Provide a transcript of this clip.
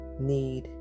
need